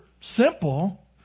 simple